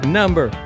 number